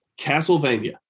Castlevania